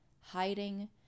hiding